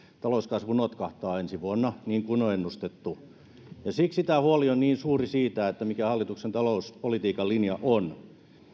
talouskasvu notkahtaa ensi vuonna niin kuin on ennustettu siksi tämä huoli on niin suuri siitä mikä hallituksen talouspolitiikan linja on